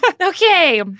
Okay